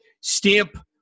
stamp –